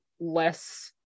less